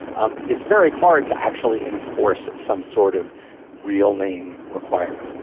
um it's very hard to actually enforce some sort of real name requirement.